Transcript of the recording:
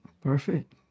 Perfect